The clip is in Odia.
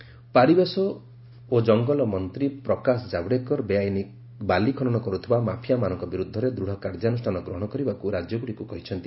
ଜାବଡେକର ସାଣ୍ଡ୍ ମାଇନିଂ ପରିବେଶ ଓ ଜଙ୍ଗଲମନ୍ତ୍ରୀ ପ୍ରକାଶ ଜାବଡେକର ବେଆଇନ ବାଲି ଖନନ କରୁଥିବା ମାଫିଆମାନଙ୍କ ବିରୁଦ୍ଧରେ ଦୃଢ଼ କାର୍ଯ୍ୟାନୁଷ୍ଠାନ ଗ୍ରହଣ କରିବାକୁ ରାଜ୍ୟଗୁଡ଼ିକୁ କହିଛନ୍ତି